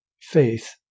faith